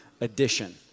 Edition